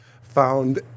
found